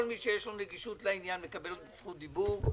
כל מי שיש לו נגישות לעניין, מקבל זכות דיבור,